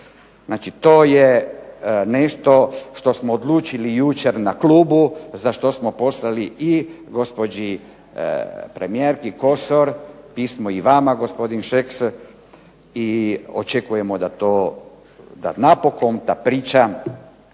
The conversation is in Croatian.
Znači to je nešto što smo odlučili jučer na klubu, za što smo poslali i gospođi premijerki Kosor pismo i vama gospodin Šeks, i očekujemo da to, da napokon ta priča